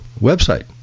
website